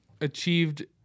achieved